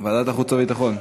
ועדת חוץ וביטחון.